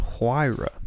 Huayra